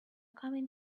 coming